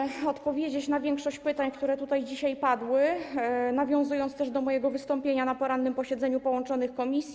Postaram się odpowiedzieć na większość pytań, które tutaj dzisiaj padły, nawiązując też do mojego wystąpienia na porannym posiedzeniu połączonych komisji.